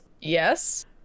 Yes